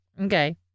Okay